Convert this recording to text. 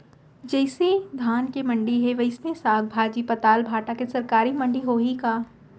जइसे धान के मंडी हे, वइसने साग, भाजी, पताल, भाटा के सरकारी मंडी होही का?